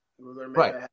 Right